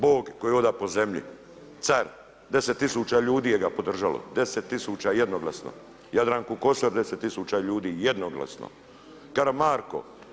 Bog koji hoda po zemlji, car, 10000 ljudi ga je podržalo, 10000 jednoglasno, Jadranku Kosor 10000 ljudi jednoglasno, Karamarko.